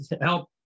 help